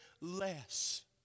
less